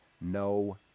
No